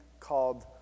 called